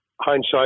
Hindsight